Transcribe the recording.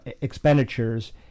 expenditures